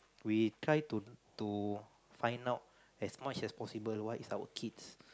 we try to to find out as much as possible what is our kid's